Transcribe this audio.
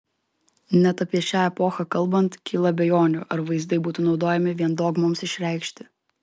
net apie šią epochą kalbant kyla abejonių ar vaizdai būtų naudojami vien dogmoms išreikšti